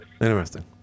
Interesting